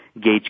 Gauge